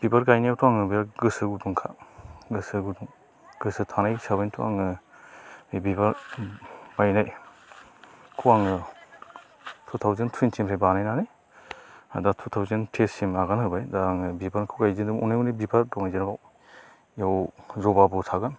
बिबार गायनायावथ' आङो बिराद गोसो गुदुंखा गोसो गुदुं गोसो थानाय हिसाबैनथ' आङो बिबार गायनायखौ आङो टु थावजेन्ड टुयेनटिनिफ्राय टु थावजेन्ड थेससिम आगान होबाय दा आङो बिबारखौ अनेख अनेख बिबार दं जोंनयाव जबाबो थागोन